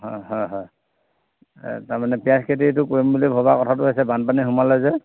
হয় হয় হয় তাৰমানে পিয়াঁজ খেতিটো কৰিম বুলি ভবা কথাটো আছে বানপানী সোমালে যে